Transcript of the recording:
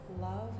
love